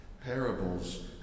Parables